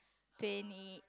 twenty